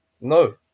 No